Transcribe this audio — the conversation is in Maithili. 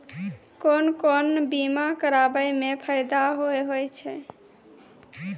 कोन कोन बीमा कराबै मे फायदा होय होय छै?